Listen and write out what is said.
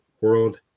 world